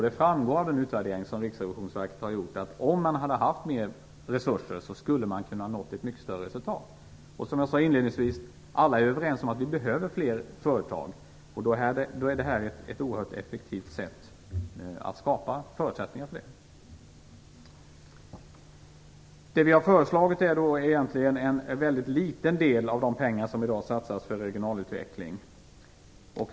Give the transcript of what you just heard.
Det framgår av den utvärdering som Riksrevisionsverket har gjort, att om man hade haft mer resurser skulle man ha kunnat nå ett mycket bättre resultat. Som jag sade inledningsvis är alla överens om att vi behöver fler företag. Då är detta en oerhört effektivt att skapa förutsättningar för det. Det vi har föreslagit är egentligen en mycket liten del av de pengar som i dag satsas på regional utveckling.